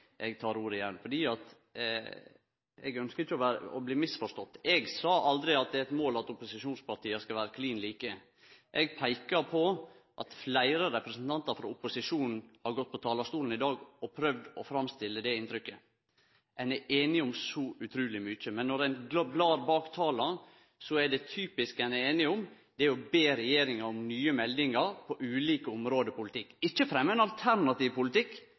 eg tek ordet igjen, for eg ønskjer ikkje å bli misforstått: Eg sa aldri at det er eit mål at opposisjonspartia skal vere klin like. Eg peika på at fleire representantar frå opposisjonen har gått på talarstolen i dag og prøvd å gjeve det inntrykket. Ein er einig om så utruleg mykje, men når ein ser bak tala, så er det typisk at det ein er einig om, er å be regjeringa om nye meldingar på ulike område i politikken – ikkje fremme ein alternativ politikk,